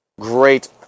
Great